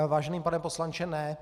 Vážený pane poslanče, ne.